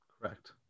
Correct